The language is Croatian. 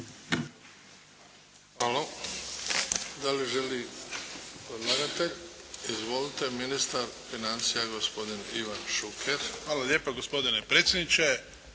Hvala. Da li želi predlagatelj? Izvolite. Ministar financija gospodin Ivan Šuker. **Šuker, Ivan (HDZ)** Hvala lijepa gospodine predsjedniče.